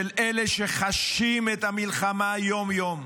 של אלה שחשים את המלחמה יום-יום,